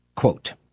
Quote